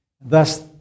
Thus